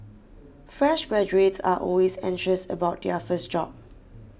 fresh graduates are always anxious about their first job